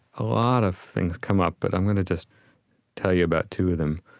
a lot of things come up, but i'm going to just tell you about two of them.